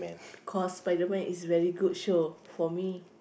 cause Spiderman is very good show for me